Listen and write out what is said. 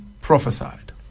prophesied